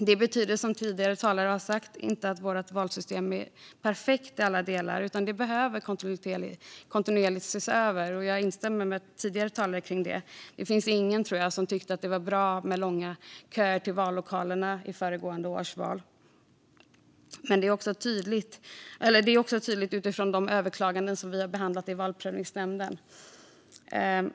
Detta betyder, som tidigare talare har sagt, inte att vårt valsystem är perfekt i alla delar, utan det behöver kontinuerligt ses över. Jag instämmer med tidigare talare i detta. Det fanns nog ingen som tyckte att det var bra med långa köer till vallokalerna vid valet förra året. Det är också tydligt utifrån de överklaganden som har behandlats i Valprövningsnämnden.